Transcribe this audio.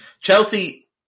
Chelsea